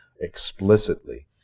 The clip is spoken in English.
explicitly